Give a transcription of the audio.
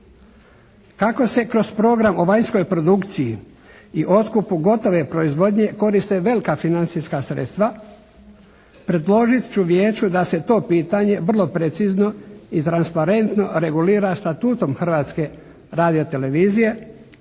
Kako se program o vanjskoj produkciji o otkupu gotove proizvodnje koriste velika financijska sredstva predložit ću Vijeću da se to pitanje vrlo precizno i transparentno regulira Statutom Hrvatske radio-televizije